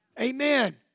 Amen